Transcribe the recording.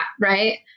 right